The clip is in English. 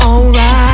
Alright